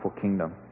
kingdom